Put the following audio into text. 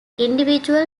individual